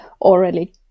already